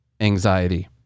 anxiety